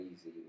easy